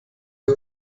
auf